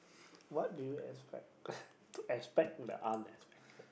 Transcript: what do you expect to expect the unexpected